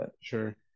Sure